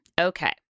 Okay